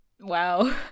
Wow